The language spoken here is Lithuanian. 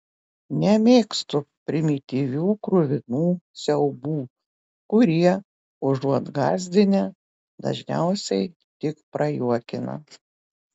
nemėgstu primityvių kruvinų siaubų kurie užuot gąsdinę dažniausiai tik prajuokina